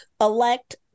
elect